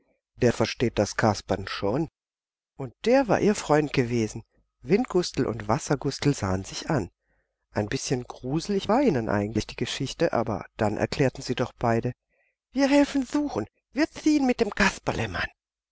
der versteht das kaspern schon und der war ihr freund gewesen windgustel und wassergustel sahen sich an ein bißchen gruselig war ihnen eigentlich die geschichte aber dann erklärten sie doch beide wir helfen suchen wir ziehen mit dem